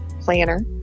Planner